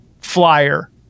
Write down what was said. flyer